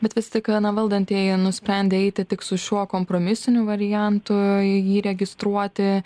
bet vis tik na valdantieji nusprendė eiti tik su šiuo kompromisiniu variantu jį registruoti